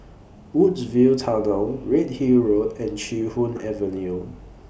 Woodsville Tunnel Redhill Road and Chee Hoon Avenue